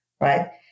right